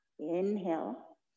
Inhale